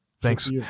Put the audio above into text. Thanks